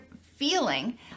feeling